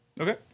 Okay